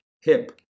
hip